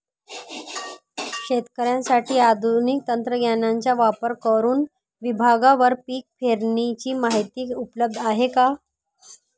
शेतकऱ्यांसाठी आधुनिक तंत्रज्ञानाचा वापर करुन विभागवार पीक पेरणीची माहिती उपलब्ध आहे का?